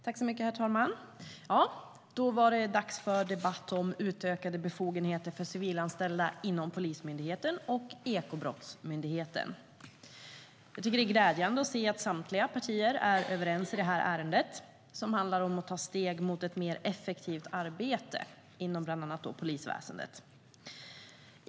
Herr talman! Då var det dags för debatt om utökade befogenheter för civilanställda inom Polismyndigheten och Ekobrottsmyndigheten. Jag tycker att det är glädjande att se att samtliga partier är överens i det här ärendet, som handlar om att ta steg mot ett mer effektivt arbete inom bland annat polisväsendet.